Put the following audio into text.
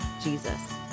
Jesus